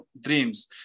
dreams